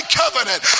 covenant